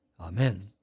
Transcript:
Amen